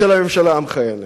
של הממשלה המכהנת.